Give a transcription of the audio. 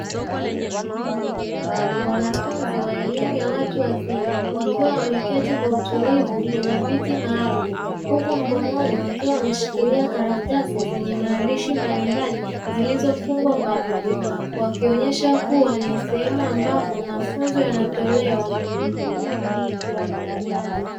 Wanafunzi wa elimu ya watu wazima wakiwa wameketi kwa utulivu kwenye viti maalumu huku mkononi wakiwa wameshikilia karatasi zenye maandishi mbalimbali zilizofungwa pamoja, wakionesha kuwa ni sehemu ambapo mafunzo yanayolewa.